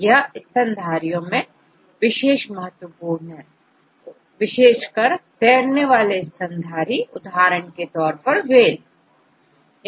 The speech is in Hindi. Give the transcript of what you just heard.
यह स्तनधारियों मैं विशेष महत्वपूर्ण है जैसे तैरने वाले स्तनधारी उदाहरण के रूप में वेल